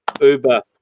Uber